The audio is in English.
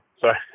Sorry